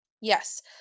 yes